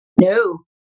no